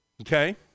Okay